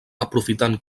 aprofitant